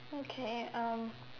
okay um